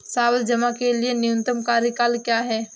सावधि जमा के लिए न्यूनतम कार्यकाल क्या है?